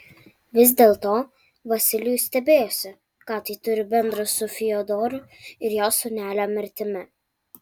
vis dėlto vasilijus stebėjosi ką tai turi bendra su fiodoru ir jo sūnelio mirtimi